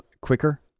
quicker